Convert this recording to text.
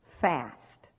fast